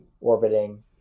orbiting